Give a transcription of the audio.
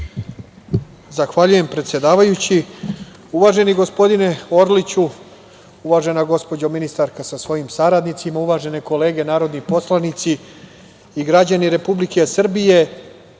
Zahvaljujem, predsedavajući. Uvaženi gospodine Orliću, uvažena gospođo ministarka sa svojim saradnicima, uvažene kolege narodni poslanici i građani Republike Srbije,